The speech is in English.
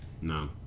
No